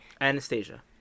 Anastasia